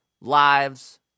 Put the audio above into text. lives